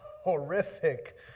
horrific